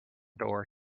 door